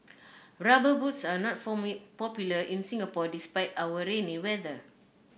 rubber boots are not popular in Singapore despite our rainy weather